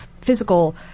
physical